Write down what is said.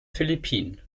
philippinen